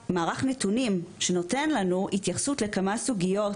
לקבל מערך נתונים שנותן לנו התייחסות לכמה סוגיות